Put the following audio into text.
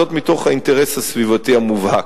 וזאת מתוך האינטרס הסביבתי המובהק.